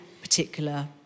particular